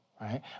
Right